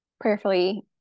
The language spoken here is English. prayerfully